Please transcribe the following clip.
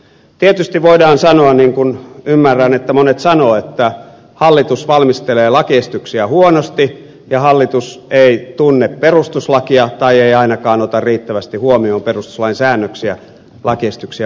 tietysti voidaan sanoa niin kuin ymmärrän että monet sanovat että hallitus valmistelee lakiesityksiä huonosti ja hallitus ei tunne perustuslakia tai ei ainakaan ota riittävästi huomioon perustuslain säännöksiä lakiesityksiä valmistellessaan